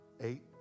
eight